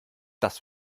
das